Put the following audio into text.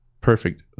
perfect